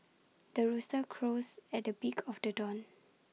the rooster crows at the break of the dawn